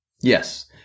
Yes